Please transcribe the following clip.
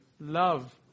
love